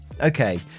Okay